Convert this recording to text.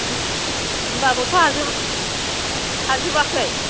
होमब्लाबोथ' हाजोब हाजोबाखै